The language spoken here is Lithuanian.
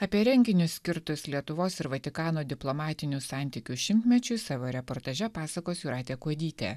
apie renginius skirtus lietuvos ir vatikano diplomatinių santykių šimtmečiui savo reportaže pasakos jūratė kuodytė